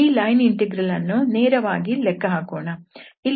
ಈ line integral ಅನ್ನು ನೇರವಾಗಿ ಲೆಕ್ಕ ಹಾಕೋಣ